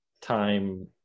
time